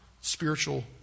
spiritual